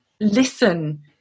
listen